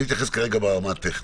אני מתייחס כרגע ברמה הטכנית.